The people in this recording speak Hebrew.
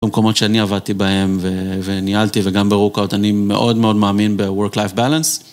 במקומות שאני עבדתי בהם וניהלתי וגם ברוקאאוט, אני מאוד מאוד מאמין ב-work-life balance.